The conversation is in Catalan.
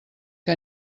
que